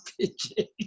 pitching